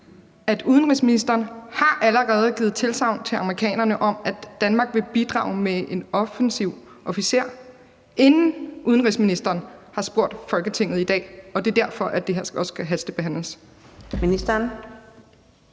at udenrigsministeren allerede har givet tilsagn til amerikanerne om, at Danmark vil bidrage med en offensiv officer, inden udenrigsministeren har spurgt Folketinget i dag, og at det er derfor, det her også skal hastebehandles?